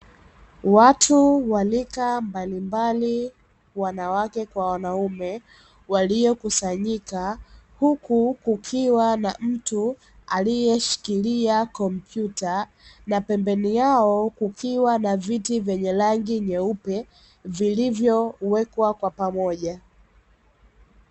Watu wa rika mbalimbali wanawake kwa wanaume, waliokusanyika, huku kukiwa na mtu aliyeshikilia kompyuta, na pembeni yao kukiwa na viti vyenye rangi nyeupe, vilivyowekwa kwa pamoja.